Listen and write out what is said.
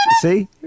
See